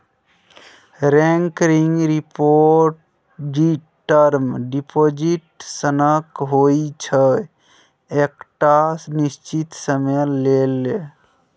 recurring deposit term deposit सनक होइ छै एकटा निश्चित समय लेल